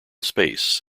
space